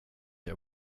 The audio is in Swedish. jag